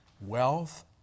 Wealth